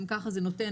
כך זה ייתן